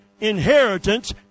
inheritance